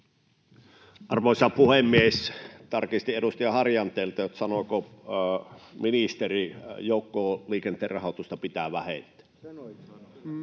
Arvoisa puhemies! Tarkistin edustaja Harjanteelta, sanoiko ministeri, että joukkoliikenteen rahoitusta pitää vähentää.